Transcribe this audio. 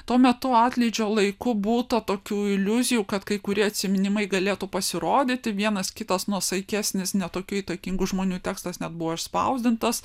tuo metu atlydžio laiku būta tokių iliuzijų kad kai kurie atsiminimai galėtų pasirodyti vienas kitas nuosaikesnis ne tokių įtakingų žmonių tekstas net buvo išspausdintas